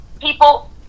People